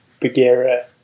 Bagheera